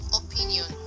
opinion